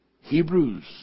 Hebrews